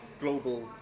global